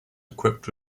equipped